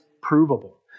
provable